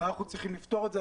ואנחנו צריכים לפתור את זה.